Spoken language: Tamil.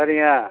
சரிங்க